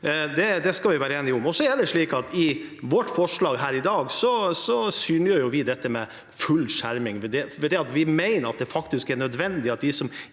Det skal vi være enige om. I vårt forslag her i dag synliggjør vi dette med full skjerming. Vi mener at det faktisk er nødvendig at de som